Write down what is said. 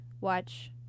watch